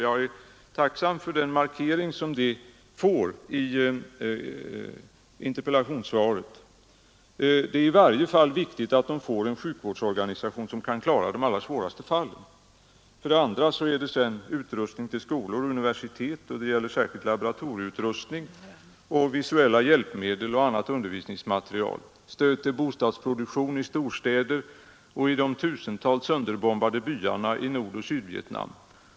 Jag är tacksam för den markering som detta ges i interpellationssvaret. Det är i varje fall viktigt att man får en sjukvårdsorganisation, som kan klara de allra svåraste fallen. För det andra är det fråga om utrustning till skolor och universitet. Det gäller särskilt laboratorieutrustning, visuella hjälpmedel och annan undervisningsmateriel. För det tredje gäller det stöd till bostadsproduktion i storstäder och i de tusentals sönderbombade byarna i Nordoch Sydvietnam.